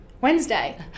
Wednesday